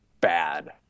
bad